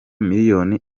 miliyoni